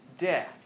death